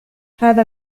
هذا